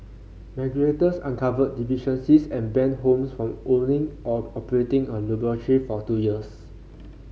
regulators uncovered deficiencies and banned Holmes from owning or operating a laboratory for two years